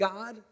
God